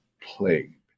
plagued